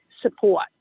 support